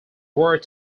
word